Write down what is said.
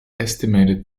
estimated